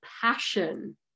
passion